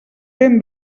ben